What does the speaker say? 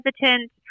hesitant